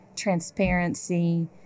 transparency